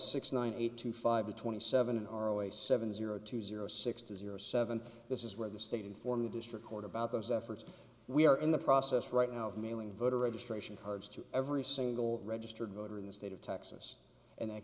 six nine eight to five to twenty seven are always seven zero two zero six zero seven this is where the state inform the district court about those efforts we are in the process right now of mailing voter registration cards to every single registered voter in the state of texas and that